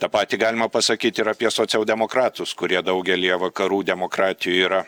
tą patį galima pasakyt ir apie socialdemokratus kurie daugelyje vakarų demokratijų yra